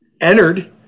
entered